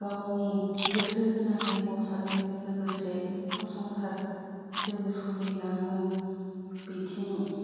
गावनि गोसो होनानै मावसारनायजों लोगोसे न'खर संसार जों सोलिलाङो बिथिं